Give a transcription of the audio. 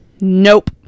nope